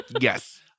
Yes